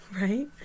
Right